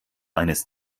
eines